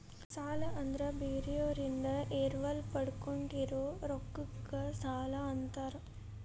ಸಾಲ ಅಂದ್ರ ಬೇರೋರಿಂದ ಎರವಲ ಪಡ್ಕೊಂಡಿರೋ ರೊಕ್ಕಕ್ಕ ಸಾಲಾ ಅಂತಾರ